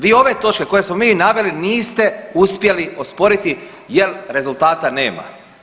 Vi ove točke koje smo mi naveli niste uspjeli osporiti jer rezultata nema.